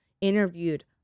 interviewed